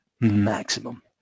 maximum